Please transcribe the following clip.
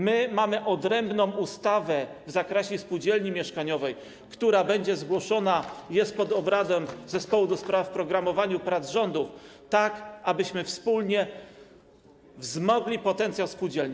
Mamy odrębną ustawę w zakresie spółdzielni mieszkaniowych, która będzie zgłoszona, jest przedmiotem obrad Zespołu do spraw Programowania Prac Rządu, tak abyśmy wspólnie wzmogli potencjał spółdzielni.